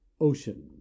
Ocean